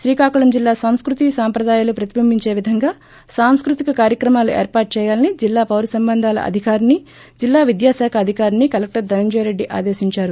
శ్రీకాకుళం జిల్లా సంస్కృతీ సంప్రదాయాలు ప్రతిబింబించే విధంగా సాంస్కృతిక కార్యక్రమాలు ఏర్పాటు చేయాలని జిల్లా పౌరసంబంధాల అధికారిని జిల్లా విద్యా శాఖ అధికారిని కలెక్టర్ ధనంజయ రెడ్డి ఆదేశించారు